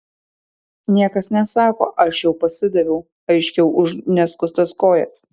niekas nesako aš jau pasidaviau aiškiau už neskustas kojas